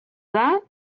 that